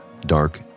dark